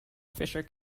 fisher